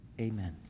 Amen